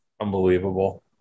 unbelievable